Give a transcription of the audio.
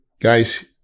Guys